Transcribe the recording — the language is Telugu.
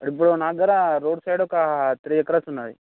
ఇప్పుడు నా దగ్గర రోడ్ సైడ్ ఒక త్రీ ఎకరాస్ ఉన్నది